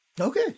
Okay